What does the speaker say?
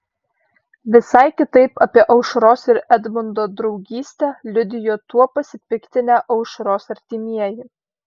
visai kitaip apie aušros ir edmundo draugystę liudijo tuo pasipiktinę aušros artimieji